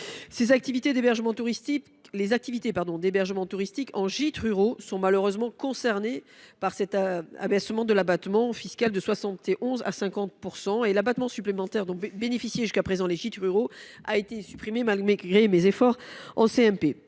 Les activités d’hébergement touristique en gîtes ruraux sont malheureusement concernées par cet abaissement de l’abattement fiscal de 71 % à 50 %, et l’abattement supplémentaire dont bénéficiaient jusqu’à présent les gîtes ruraux a été supprimé, malgré mes efforts en